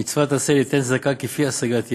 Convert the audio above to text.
"מצוות עשה ליתן צדקה כפי השגת יד,